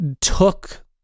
took